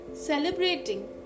celebrating